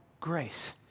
grace